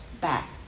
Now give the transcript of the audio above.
back